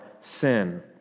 sin